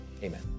Amen